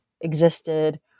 existed